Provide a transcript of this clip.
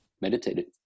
meditated